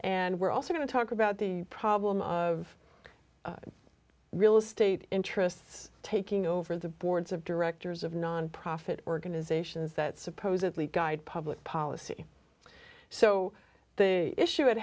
and we're also going to talk about the problem of real estate interests taking over the boards of directors of nonprofit organizations that supposedly guide public policy so the issue at